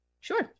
Sure